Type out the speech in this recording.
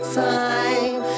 time